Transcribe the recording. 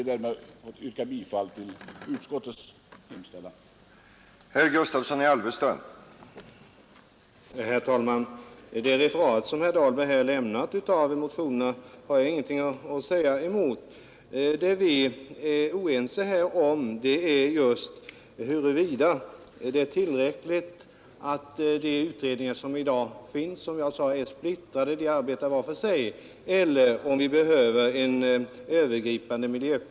Jag ber att få yrka bifall till utskottets hemställan.